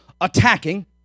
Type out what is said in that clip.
attacking